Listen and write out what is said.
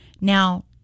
Now